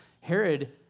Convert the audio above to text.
Herod